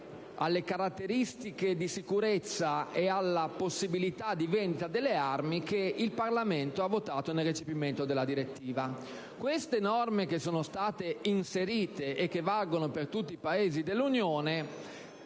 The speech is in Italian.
alle caratteristiche di sicurezza e alla possibilità di vendita delle armi che il Parlamento ha votato nel recepimento della direttiva. Le norme inserite, che valgono per tutti i Paesi dell'Unione,